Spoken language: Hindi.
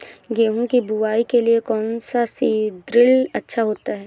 गेहूँ की बुवाई के लिए कौन सा सीद्रिल अच्छा होता है?